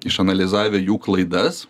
išanalizavę jų klaidas